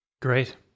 Great